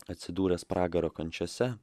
atsidūręs pragaro kančiose